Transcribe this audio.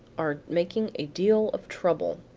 are making a deal of trouble.